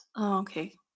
Okay